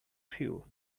few